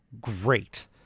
great